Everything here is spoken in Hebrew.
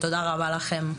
תודה רבה לכם.